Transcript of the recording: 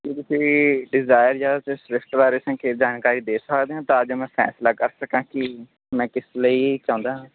ਜੀ ਤੁਸੀਂ ਡਿਜ਼ਾਇਰ ਜਾਂ ਫਿਰ ਸਵਿਫਟ ਬਾਰੇ ਸੰਖੇਪ ਜਾਣਕਾਰੀ ਦੇ ਸਕਦੇ ਹੋ ਤਾਂ ਜੋ ਮੈਂ ਫੈਸਲਾ ਕਰ ਸਕਾਂ ਕਿ ਮੈਂ ਕਿਸ ਲਈ ਚਾਹੁੰਦਾ ਹਾਂ